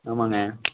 ஆமாங்க